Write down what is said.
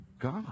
God